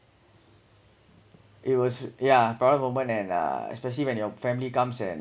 it was yeah proudest moment and uh especially when your family comes and